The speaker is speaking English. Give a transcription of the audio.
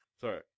Sorry